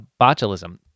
botulism